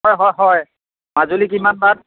হয় হয় হয় মাজুলি কিমান বাট